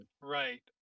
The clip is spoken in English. Right